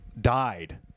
died